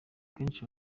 kenshi